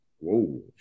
whoa